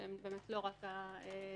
שהם לא רק הבנקים,